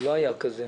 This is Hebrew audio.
הוא לא היה כזה.